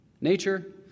Nature